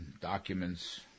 documents